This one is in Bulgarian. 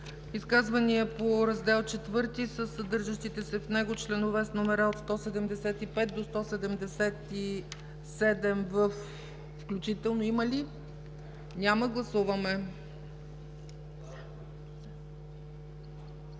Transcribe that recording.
Изказвания по Раздел ІV със съдържащите се в него членове с номера от 174 до 177 включително има ли? Няма. Гласуваме.